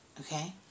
Okay